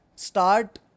start